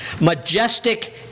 majestic